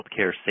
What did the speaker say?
healthcare